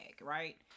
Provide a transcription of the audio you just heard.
right